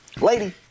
Lady